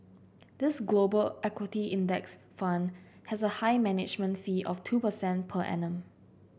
this Global equity index fund has a high management fee of two percent per annum